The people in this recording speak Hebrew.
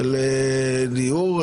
דיור,